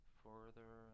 further